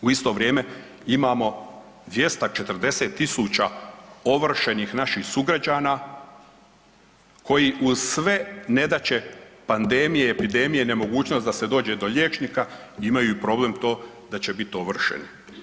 U isto vrijeme imamo 240 tisuća ovršenih naših sugrađana koji uz sve nedaće pandemije, epidemije, nemogućnosti da se dođe do liječnika imaju i problem to da će biti ovršeni.